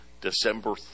December